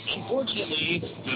Unfortunately